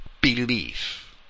belief